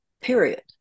Period